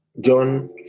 John